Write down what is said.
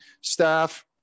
staff